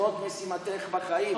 זאת משימתך בחיים.